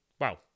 Wow